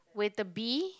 with the bee